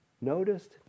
Noticed